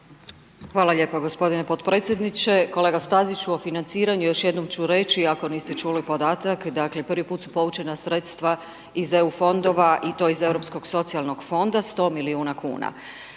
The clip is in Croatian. Hvala lijepa gospodine potpredsjedniče. Kolega Staziću, o financiranju, još jednom ću reći ako niste čuli podatak, dakle prvi put su povućena sredstva iz EU fondova i to iz Europskog socijalnog fonda 100 milijuna kuna.